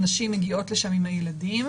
הנשים מגיעות לשם עם הילדים,